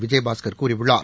விஜயபாஸ்கர் கூறியுள்ளார்